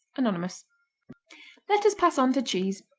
anonymous let us pass on to cheese.